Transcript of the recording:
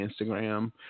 Instagram